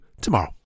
tomorrow